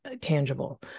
tangible